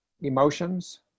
emotions